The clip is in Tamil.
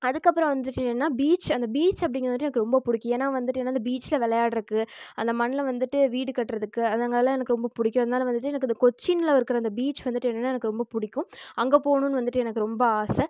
அதுக்கப்றம் வந்துவிட்டு என்னென்னா பீச்சு அந்த பீச் அப்படிங்கறது வந்துவிட்டு எனக்கு ரொம்ப பிடிக்கும் ஏன்னா வந்துவிட்டு என்னென்னா அந்த பீச்சில விளையாடுறக்கு அந்த மண்ணுல வந்துவிட்டு வீடு கட்டுறதுக்கு அதுங்களாக எனக்கு ரொம்ப பிடிக்கும் அதனால வந்துவிட்டு எனக்கு இந்த கொச்சினில் இருக்கிற அந்த பீச் வந்துவிட்டு என்னென்னா எனக்கு ரொம்ப பிடிக்கும் அங்கே போகணுன்னு வந்துவிட்டு எனக்கு ரொம்ப ஆசை